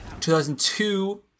2002